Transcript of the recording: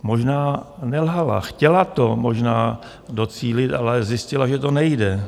Možná nelhala, chtěla to možná docílit, ale zjistila, že to nejde.